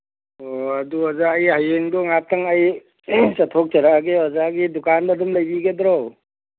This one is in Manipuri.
ꯑꯣ ꯑꯗꯨ ꯑꯣꯖꯥ ꯑꯩ ꯍꯌꯦꯡꯗꯣ ꯉꯥꯏꯍꯥꯛꯇꯪ ꯑꯩ ꯆꯠꯊꯣꯛꯆꯔꯛꯑꯒꯦ ꯑꯣꯖꯥꯒꯤ ꯗꯨꯀꯥꯟꯗ ꯑꯗꯨꯝ ꯂꯩꯕꯤꯒꯗ꯭ꯔꯣ